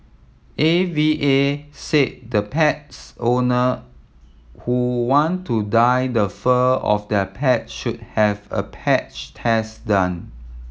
A V A said the pets owner who want to dye the fur of their pet should have a patch test done